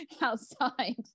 outside